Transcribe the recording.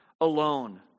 alone